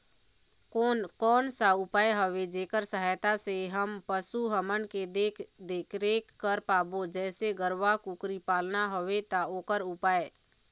कोन कौन सा उपाय हवे जेकर सहायता से हम पशु हमन के देख देख रेख कर पाबो जैसे गरवा कुकरी पालना हवे ता ओकर उपाय?